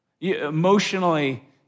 Emotionally